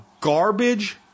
garbage